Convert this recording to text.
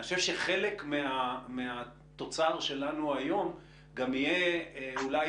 אני חושב שחלק מהתוצר שלנו היום גם יהיה אולי